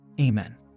Amen